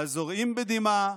הזורעים בדמעה,